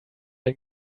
ein